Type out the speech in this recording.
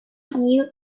knew